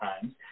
times